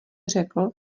řekl